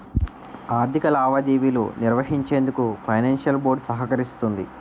ఆర్థిక లావాదేవీలు నిర్వహించేందుకు ఫైనాన్షియల్ బోర్డ్ సహకరిస్తుంది